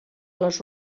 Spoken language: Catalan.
les